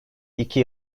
iki